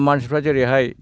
मानसिफ्रा जेरैहाय